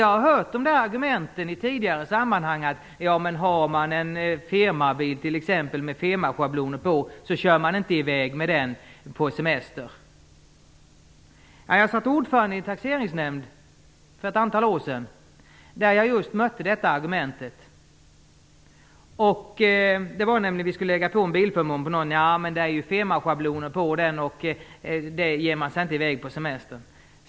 Jag har hört argumenten i tidigare sammanhang, har man en firmabil med firmaschabloner kör man inte i väg med den på semester. Jag satt ordförande i en taxeringsnämnd för ett antal år sedan där jag just mötte detta argument. Vi skulle lägga en bilförmån på någon. Då sades det att det var firmaschabloner på den och att man inte ger sig i väg på semester i en sådan bil.